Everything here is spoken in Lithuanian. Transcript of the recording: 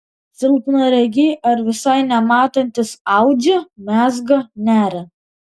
silpnaregiai ar visai nematantys audžia mezga neria